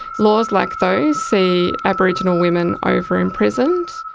laws like those see aboriginal women over-imprisoned.